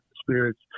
spirits